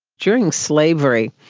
during slavery,